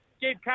Gabe